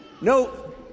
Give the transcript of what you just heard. No